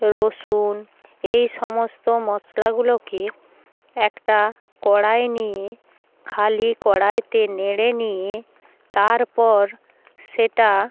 রসুন এই সমস্ত মশলাগুলোকে একটা কড়াই নিয়ে খালি কড়াইতে নেড়ে নিয়ে তারপর সেটা